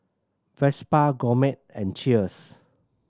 Vespa Gourmet and Cheers